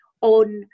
on